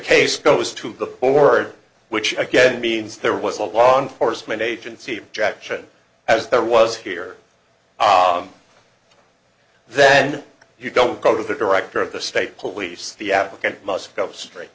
case goes to the ford which again means there was a law enforcement agency jackson as there was here then you don't go to the director of the state police the applicant must go straight